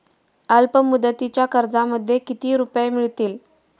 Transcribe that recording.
अल्पमुदतीच्या कर्जामध्ये किती रुपये मिळतील?